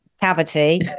cavity